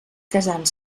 casant